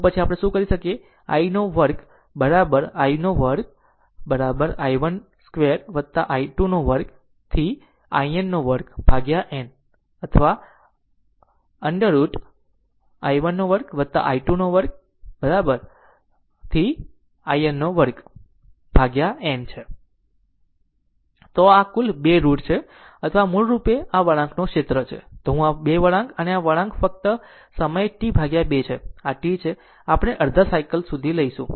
તો પછી આપણે શું કરી શકીએ I2 2 બરાબર I 2બરાબર i1 2 I2 2 સુધી in 2 વિભાજિત n અથવા 2√i1 2 I2 2 બરાબર in 2 સરવાળો વિભાજિત N છે આ કુલ 2 રુટ છે અથવા આ મૂળરૂપે આ આ વળાંકનો આ ક્ષેત્ર છે હું 2 વળાંક આ વળાંક ફક્ત અને આ સમય T 2 છે આ t છે આપણે અડધા સાયકલ લઈશું